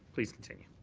please continue.